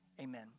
Amen